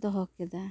ᱫᱚᱦᱚ ᱠᱮᱫᱟ